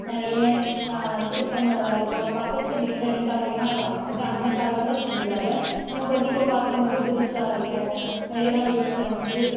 நிறைய சிற்பங்கள் எல்லாம் இருக்கும் அது பார்க்கறதுக்கு டிஃப்ரெண்டாக இருக்கும் ஏன்னால் அது வந்து அந்தக் காலத்தில் செஞ்சதால் நமக்கு வந்து இப்போ பார்க்கும் போது புதுசாக இருக்கும் மெரினா பீச்சில் வந்து